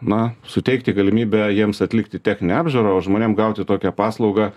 na suteikti galimybę jiems atlikti techninę apžiūrą o žmonėm gauti tokią paslaugą